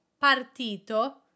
partito